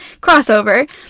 crossover